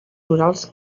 orals